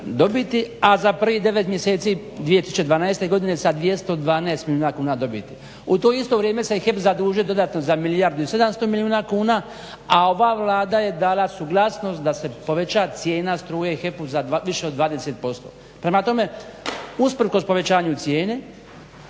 dobiti, a za prvih 9 mjeseci 2012.godine sa 212 milijuna kuna dobiti. U to isto vrijeme se HEP zadužio dodatno za milijardu 700 milijuna kuna, a ova Vlada je dala suglasnost da se poveća cijena struje HEP-u za više od 20%. Prema tome, usprkos povećanju cijene